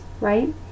right